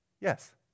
Yes